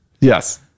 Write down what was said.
Yes